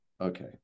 okay